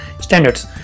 standards